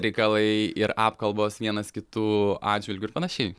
reikalai ir apkalbos vienas kitų atžvilgiu ir panašiai